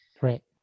Right